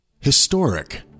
Historic